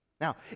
Now